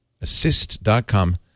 assist.com